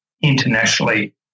internationally